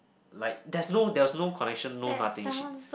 like there's no there's no connection no nothing she